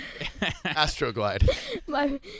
AstroGlide